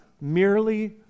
merely